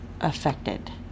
affected